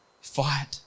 Fight